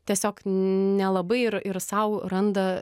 tiesiog nelabai ir ir sau randa